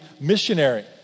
missionary